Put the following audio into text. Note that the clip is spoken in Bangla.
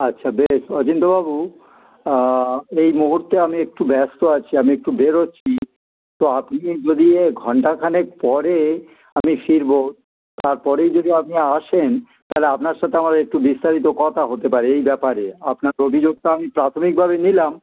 আচ্ছা বেশ অচিন্তবাবু এই মুহূুর্তে আমি একটু ব্যস্ত আছি আমি একটু বেরোচ্ছি তো আপনি যদি ঘন্টাখানানে পরে আমি ফিরবো তারপরেই যদি আপনি আসেন তাহলে আপনার সাথে আমার একটু বিস্তারিত কথা হতে পারে এই ব্যাপারে আপনার অভিযোগটা আমি প্রাথমিকভাবে নিলাম